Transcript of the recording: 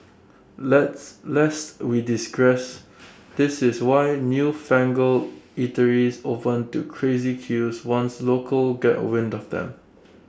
let's lest we digress this is why newfangled eateries open to crazy queues once locals get wind of them